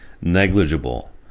negligible